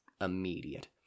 immediate